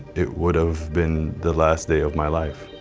it would've been the last day of my life.